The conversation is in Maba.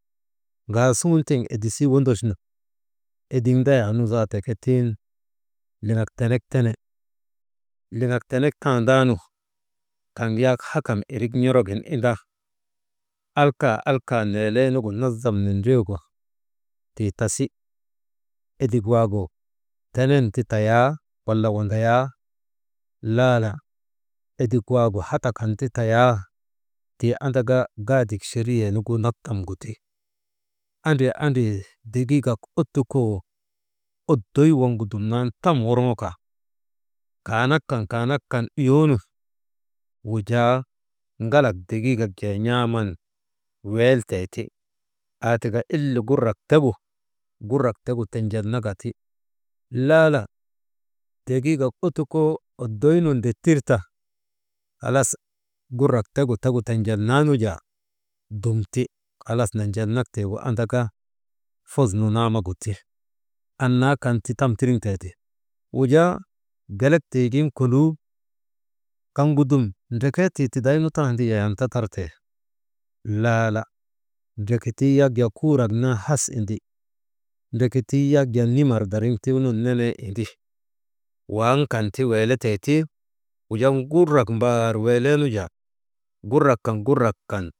Ŋaasuŋun tiŋ edisii wondochnu, edik ndayaanu zaate ke tiŋ liŋak tenek tene, liŋak tenek tandan kaŋ yak hakam irik n̰orogin inda alka, alka, neeleenugu nazam nindrigu, tii tasi, edik waagu tenen ti tayaa wala wandayaa, laala edik waagu hata kan ti tayaa, tii andaka gaadik cheriyeenu nattam gu ti, andri, andri degiigak ottukoo oddoy waŋgu dumnan tam worŋoka, kanak kan, kaanak kan, iyoonu wujaa ŋalak degiigak jee n̰aaaman wellteeti, aa tika ile gurak tegu, tegu tinjelnaka ti, laala degiigak ottukoo oddoy nun dettir ta halas gurak tegu, tegu tenjelnaanu jaa, dum ti halas nenjelnak tiigu andaka fos nu naamagu ti, annaa kan ti tam tiriŋ teeti, wujaa gelek tiigin koluu kaŋgu dum ndrekee tiitidaynu tandii yayan tatartee laala, dreketuu yak jaa kuurak naa has windi, dreketuu yak jaa nimar dariŋtuunun nenee indi waŋ kan ti weeletee ti wujaa gurak mbaar weleenu jaa, gurak kan, gurak kan.